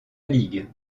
ligue